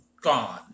gone